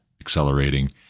accelerating